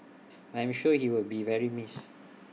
I'm sure he will be very missed